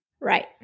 Right